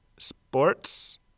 Sports